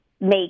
Make